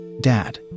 Dad